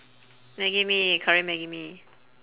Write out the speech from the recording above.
maggi-mee curry maggi-mee